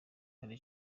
ari